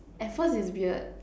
at first it's weird